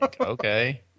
okay